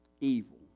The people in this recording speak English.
evil